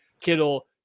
kittle